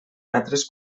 metres